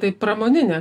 tai pramoninė